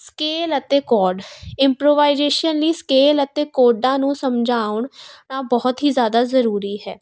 scale ਅਤੇ ਕੋਡ improvisation ਲਈ ਸਕੇਲ ਅਤੇ ਕੋਡਾ ਨੂੰ ਸਮਝਾਉਣ ਣਾ ਬਹੁਤ ਹੀ ਜ਼ਿਆਦਾ ਜ਼ਰੂਰੀ ਹੈ